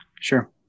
Sure